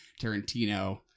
Tarantino